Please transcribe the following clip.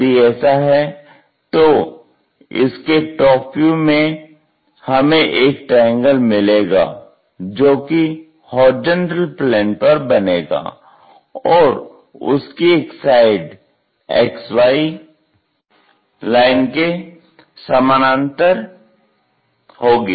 यदि ऐसा है तो इसके टॉप व्यू में हमें एक ट्राइंगल मिलेगा जो कि HP पर बनेगा और उसकी एक साइड XY लाइन के समानांतर होगी